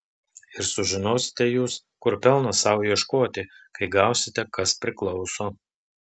ir sužinosite jūs kur pelno sau ieškoti kai gausite kas priklauso